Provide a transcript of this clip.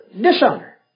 dishonor